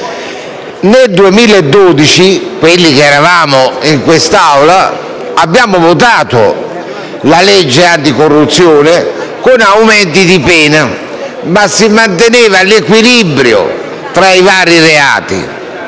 Nel 2012, quelli di noi che erano in quest'Aula con me, hanno votato la legge anticorruzione con aumenti di pena, ma si manteneva l'equilibrio tra i vari reati.